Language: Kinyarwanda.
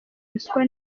ruswa